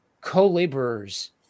co-laborers